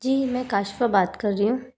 जी मैं काष्फा बात कर रही हूँ